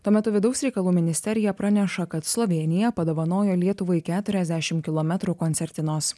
tuo metu vidaus reikalų ministerija praneša kad slovėnija padovanojo lietuvai keturiasdešimt kilometrų koncertinos